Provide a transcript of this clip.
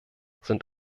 sind